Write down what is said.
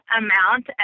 amount